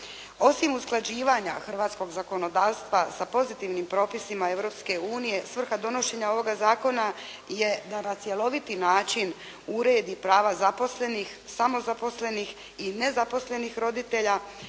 Osim usklađivanja hrvatskog zakonodavstva sa pozitivnim propisima Europske unije, svrha donošenja ovoga zakona je da na cjeloviti način uredi prava zaposlenih, samozaposlenih i nezaposlenih roditelja